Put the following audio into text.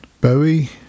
Bowie